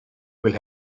will